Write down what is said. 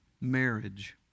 marriage